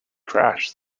trash